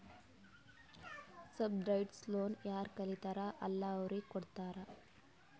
subsidised loan ಯಾರ್ ಕಲಿತಾರ್ ಅಲ್ಲಾ ಅವ್ರಿಗ ಕೊಡ್ತಾರ್